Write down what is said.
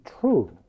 true